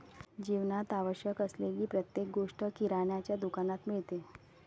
जीवनात आवश्यक असलेली प्रत्येक गोष्ट किराण्याच्या दुकानात मिळते